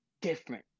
different